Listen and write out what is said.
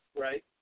Right